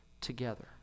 together